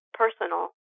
personal